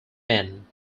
men